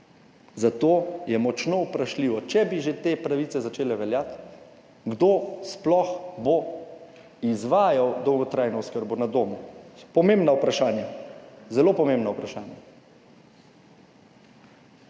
zato je močno vprašljivo, če bi že te pravice začele veljati, kdo sploh bo izvajal dolgotrajno oskrbo na domu, so pomembna vprašanja, zelo pomembna vprašanja.